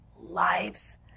lives